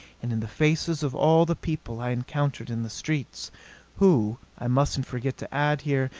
and in the faces of all the people i encountered in the streets who, i mustn't forget to add here,